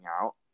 out